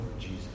Jesus